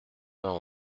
vingt